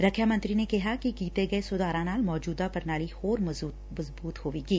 ਰੱਖਿਆ ਮੰਤਰੀ ਨੇ ਕਿਹਾ ਕਿ ਕੀਤੇ ਗਏ ਸੁਧਾਰਾਂ ਨਾਲ ਮੌਜੁਦਾ ਪ੍ਣਾਲੀ ਹੋਰ ਮਜ਼ਬੂਤ ਹੋਵੇਗੀ